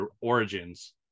origins